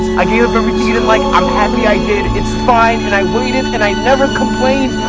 i gave up everything you didn't like i'm happy i did it's fine, and i waited and i never complained